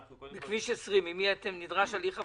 בכביש 20 נדרש הליך הפקעה.